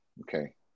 okay